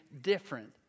different